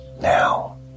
Now